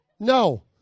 No